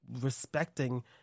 respecting